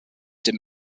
dem